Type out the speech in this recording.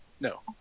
No